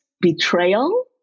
betrayal